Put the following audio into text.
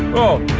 oh.